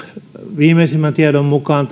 viimeisimmän tiedon mukaan